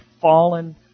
fallen